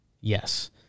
yes